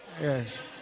Yes